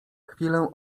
chwilę